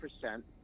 percent